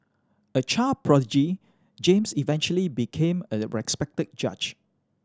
a child prodigy James eventually became a respected judge